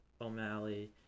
O'Malley